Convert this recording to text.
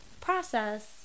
process